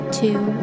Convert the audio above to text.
two